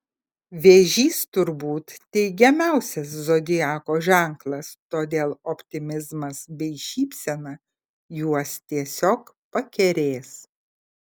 vėžys turbūt teigiamiausias zodiako ženklas todėl optimizmas bei šypsena juos tiesiog pakerės